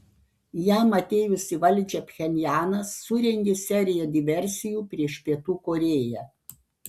jam atėjus į valdžią pchenjanas surengė seriją diversijų prieš pietų korėją